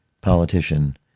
politician